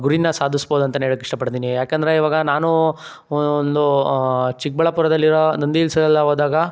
ಗುರೀನ ಸಾಧಿಸ್ಬೋದು ಅಂತಲೇ ಹೇಳೋಕೆ ಇಷ್ಟಪಡ್ತೀನಿ ಯಾಕೆಂದರೆ ಇವಾಗ ನಾನೂ ಒಂದೂ ಚಿಕ್ಕ ಬಳ್ಳಾಪುರದರೋ ನಂದಿ ಹಿಲ್ಸ್ಗೆಲ್ಲ ಹೋದಾಗ